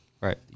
Right